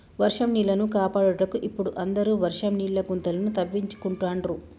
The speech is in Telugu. వర్షం నీళ్లను కాపాడుటకు ఇపుడు అందరు వర్షం నీళ్ల గుంతలను తవ్వించుకుంటాండ్రు